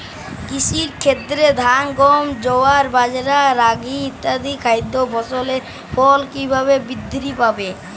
কৃষির ক্ষেত্রে ধান গম জোয়ার বাজরা রাগি ইত্যাদি খাদ্য ফসলের ফলন কীভাবে বৃদ্ধি পাবে?